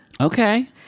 Okay